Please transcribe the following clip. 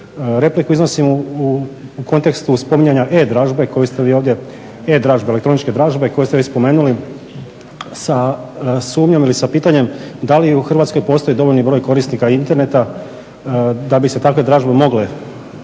Repliku iznosim u kontekstu spominjanja e-dražbe koju ste vi ovdje, e-dražbe, elektroničke dražbe koju ste već spomenuli sa sumnjom ili sa pitanje da li u Hrvatskoj postoji dovoljni broj korisnika interneta da bi se takve dražbe mogle provoditi?